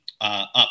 up